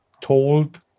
told